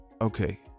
Okay